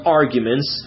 arguments